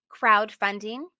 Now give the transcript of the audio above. crowdfunding